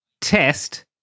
test